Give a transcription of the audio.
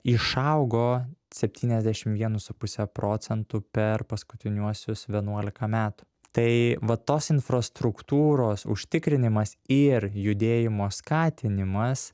išaugo septyniasdešim vienu su puse procentų per paskutiniuosius vienuolika metų tai va tos infrastruktūros užtikrinimas ir judėjimo skatinimas